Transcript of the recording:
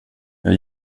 jag